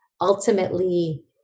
ultimately